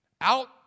out